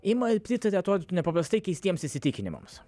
ima ir pritaria atrodytų nepaprastai keistiems įsitikinimams